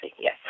yes